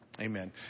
Amen